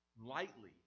Lightly